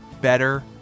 better